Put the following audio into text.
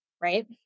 right